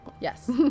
Yes